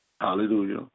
hallelujah